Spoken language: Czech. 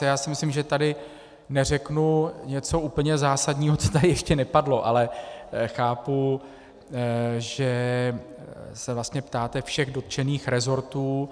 Já si myslím, že tady neřeknu něco úplně zásadního, co tady ještě nepadlo, ale chápu, že se vlastně ptáte všech dotčených resortů.